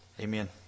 amen